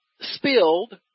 spilled